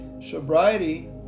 Sobriety